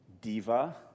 Diva